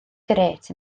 grêt